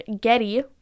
Getty